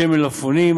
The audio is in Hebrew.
של מלפפונים,